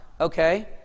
okay